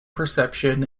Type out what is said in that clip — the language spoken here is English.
perception